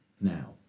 Now